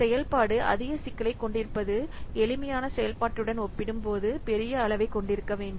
செயல்பாடு அதிக சிக்கலைக் கொண்டிருப்பது எளிமையான செயல்பாட்டுடன் ஒப்பிடும்போது பெரிய அளவைக் கொண்டிருக்க வேண்டும்